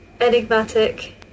enigmatic